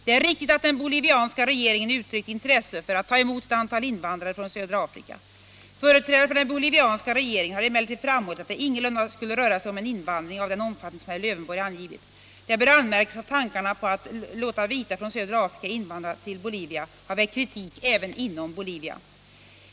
Det är riktigt att den bolivianska regeringen uttryckt intresse för att ta emot ett antal invandrare från södra Afrika. Företrädare för den bolivianska regeringen har emellertid framhållit att det ingalunda skulle röra sig om invandring av den omfattning som herr Lövenborg angivit. Det bör anmärkas att tankarna på att låta vita från södra Afrika invandra till Bolivia har väckt kritik även inom Bolivia.